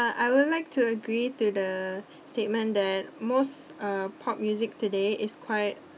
uh I would like to agree to the statement that most uh pop music today is quite